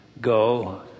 go